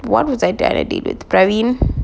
one was identity but praveen